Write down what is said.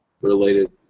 related